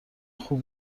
خوب